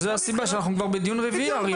זו הסיבה שאנחנו כבר בדיון רביעי.